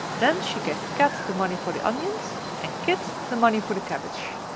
then she gave kat the money for the onions, and kit the money for the cabbage.